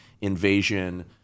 invasion